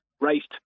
raced